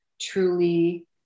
truly